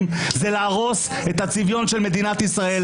זה להרוס את הצביון של מדינת ישראל.